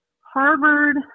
Harvard